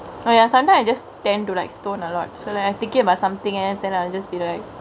oh ya sometimes I just tend to like stone alot so like I'm thinkingk about somethingk else then I'll just be like